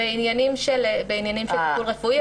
בעניינים של טיפול רפואי,